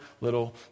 little